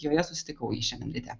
joje susitikau jį šiandien ryte